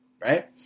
right